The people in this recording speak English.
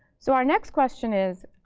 so our next question is,